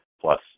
plus